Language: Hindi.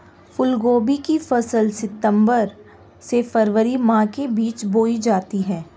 फूलगोभी की फसल सितंबर से फरवरी माह के बीच में बोई जाती है